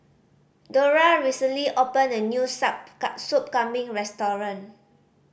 Dorla recently opened a new sup Soup Kambing restaurant